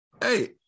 hey